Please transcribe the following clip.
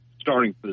starting